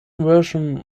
version